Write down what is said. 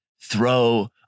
throw